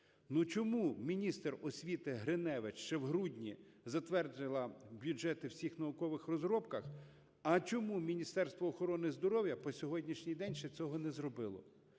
чому міністр освіти Гриневич ще в грудні затвердила бюджети по всіх наукових розробках. А чому Міністерство охорони здоров'я по сьогоднішній день ще цього не зробило?